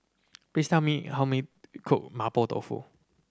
please tell me how me cook Mapo Tofu